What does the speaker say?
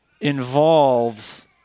involves